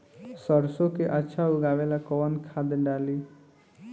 सरसो के अच्छा उगावेला कवन खाद्य डाली?